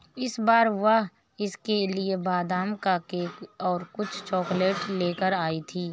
इस बार वह उसके लिए बादाम का केक और कुछ चॉकलेट लेकर आई थी